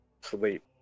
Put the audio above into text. sleep